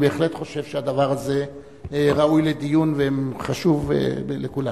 אני בהחלט חושב שהדבר הזה ראוי לדיון וחשוב לכולנו.